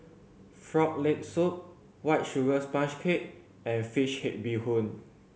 Frog Leg Soup White Sugar Sponge Cake and fish head bee hoon